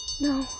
No